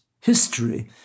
history